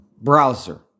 browser